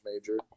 major